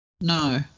No